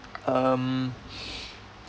um